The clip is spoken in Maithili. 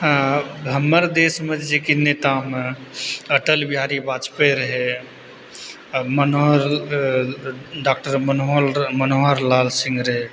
हमर देशमे जे छै कि नेतामे अटल बिहारी बाजपेयी रहै मनोहर डॉक्टर मनोहर मनोहर लाल सिंह रहै